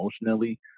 emotionally